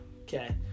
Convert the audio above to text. Okay